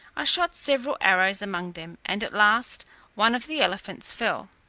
i shot several arrows among them, and at last one of the elephants fell,